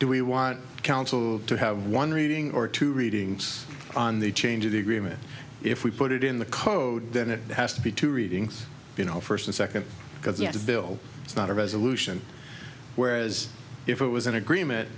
do we want council to have one reading or two readings on the change of the agreement if we put it in the code then it has to be two readings you know first and second because you have a bill it's not a resolution whereas if it was an agreement